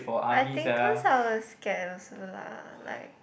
I think cause I was scared also lah like